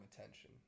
attention